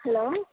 hello